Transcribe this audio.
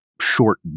short